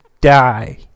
die